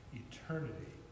eternity